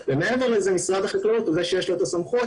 מעבר לזה, משרד החקלאות הוא זה שיש לו את הסמכות.